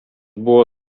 buvo